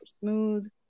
smooth